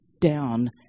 down